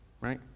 right